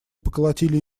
поколотили